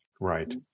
Right